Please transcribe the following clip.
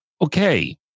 okay